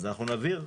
אז אנחנו נבהיר.